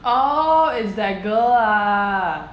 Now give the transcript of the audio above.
oh it's that girl ah